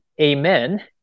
amen